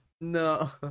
no